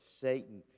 Satan